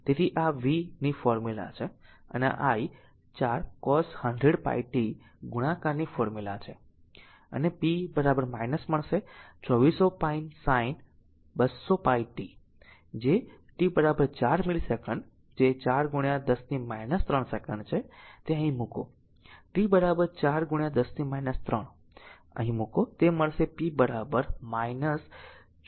તેથી આ v ની ફોર્મુલા છે અને આ i 4 cos 100πt ગુણાકારની ફોર્મુલા છે અને p મળશે 2400πsin 200πt at t 4 millisecond જે 4 10 3 સેકન્ડ છે તે અહીં મૂકો t 4 10 3 તેને અહીં મૂકો તે મળશે p 4431